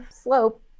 slope